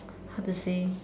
how to say